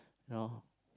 you know